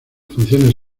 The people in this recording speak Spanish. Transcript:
funciones